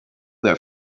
there